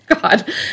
God